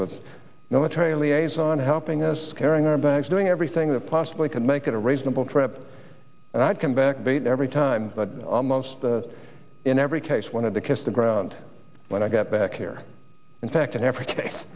with military liaison helping us carrying our bags doing everything that possibly could make it a reasonable trip and i came back beat every time almost the in every case wanted to kiss the ground but i get back here in fact in every case